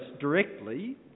directly